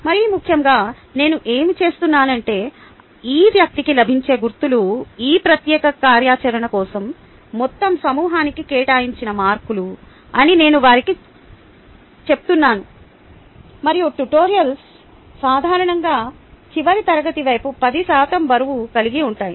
మరీ ముఖ్యంగా నేను ఏమి చేస్తున్నానంటే ఈ వ్యక్తికి లభించే గుర్తులు ఈ ప్రత్యేక కార్యాచరణ కోసం మొత్తం సమూహానికి కేటాయించిన మార్కులు అని నేను వారికి చెప్తున్నాను మరియు ట్యుటోరియల్స్ సాధారణంగా చివరి తరగతి వైపు 10 శాతం బరువును కలిగి ఉంటాయి